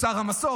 הוא שר המסורת.